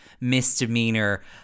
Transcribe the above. misdemeanor